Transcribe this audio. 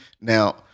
now